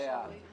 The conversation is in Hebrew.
בעתיד